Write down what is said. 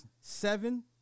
seven